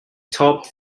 topped